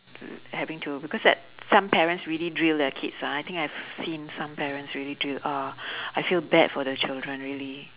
having to because that some parents really drill their kids ah I think I've seen some parents really drill uh I feel bad for the children really